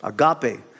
Agape